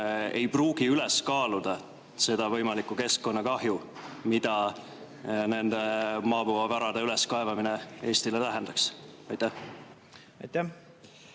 ei pruugi üles kaaluda seda võimalikku keskkonnakahju, mida nende maapõuevarade üleskaevamine Eestile tähendaks? Aitäh! Mõnda